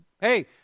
hey